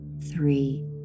three